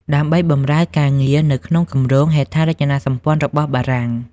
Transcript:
ដើម្បីបម្រើការងារនៅក្នុងគម្រោងហេដ្ឋារចនាសម្ព័ន្ធរបស់បារាំង។